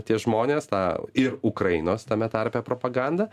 tie žmonės tą ir ukrainos tame tarpe propagandą